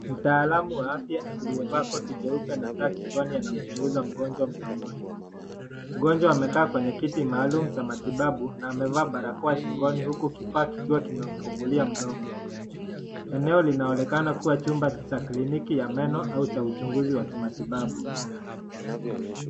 Mtaalamu wa afya aliyevaa koti jeupe na taa kichwani anamchuguza mgonjwa mdomoni. Mgonjwa amekaa kwenye kiti maalum cha matibabu na amevaa barakoa shingoni uku kifaa kikiwa kimemfugulia mdomo. Eneo linaonekana kuwa chumba cha kliniki ya meno au cha uchuguzi wa kimatibabu.